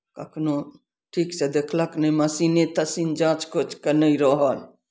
कखनहु ठीकसँ देखलक नहि मशीने तशीन जाँच किछुके नहि रहल